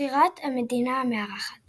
בחירת המדינה המארחת